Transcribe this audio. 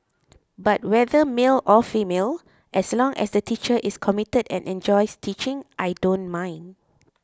but whether male or female as long as the teacher is committed and enjoys teaching I don't mind